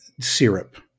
Syrup